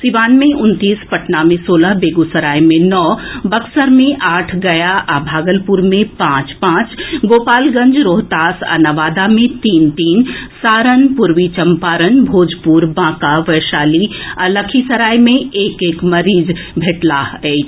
सीवान मे उनतीस पटना मे सोलह बेगूसराय मे नओ बक्सर मे आठ गया आ भागलपुर मे पांच पांच गोपालगंज रोहतास आ नवादा मे तीन तीन सारण पूर्वी चम्पारण भोजपर बांका वैशाली आ लखीसराय मे एक एक मरीज भेटलाह अछि